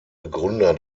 begründer